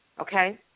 Okay